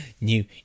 New